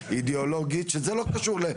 ערכית אידיאולוגית, שזה לא קשור למנהל מרחב.